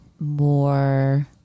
more